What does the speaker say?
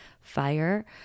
fire